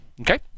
Okay